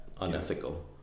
Unethical